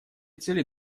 цели